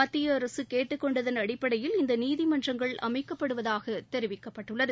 மத்திய அரசு கேட்டுக் கொண்டதன் அடிப்படையில் இந்த நீதிமன்றங்கள் அமைக்கப்படுவதாக தெரிவிக்கப்பட்டுள்ளது